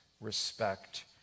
respect